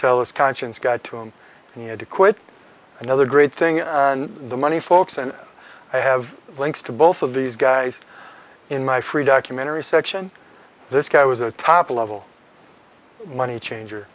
tell us conscience got to him and he had to quit another great thing and the money folks and i have links to both of these guys in my free documentary section this guy was a top level money changer